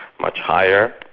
much higher,